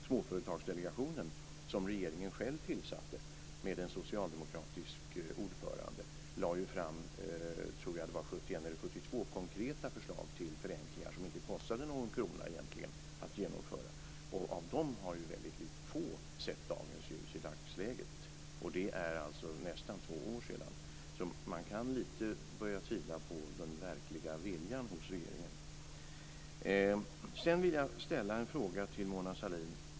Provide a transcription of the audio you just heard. Småföretagsdelegationen, som regeringen själv tillsatte med en socialdemokratisk ordförande, lade fram 71 eller 72 konkreta förslag till förenklingar som egentligen inte kostade någon krona att genomföra. Av dem har väldigt få sett dagens ljus i dagsläget. Det är nästan två år sedan. Man kan lite börja på att tvivla på den verkliga viljan hos regeringen. Sedan vill jag ställa en fråga till Mona Sahlin.